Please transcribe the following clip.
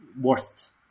worst